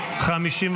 נתקבלו.